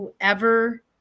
whoever